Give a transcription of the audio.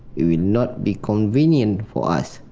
it will not be convenient for us.